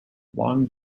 long